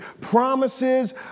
Promises